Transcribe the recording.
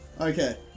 Okay